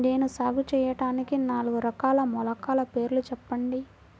నేను సాగు చేయటానికి నాలుగు రకాల మొలకల పేర్లు చెప్పండి?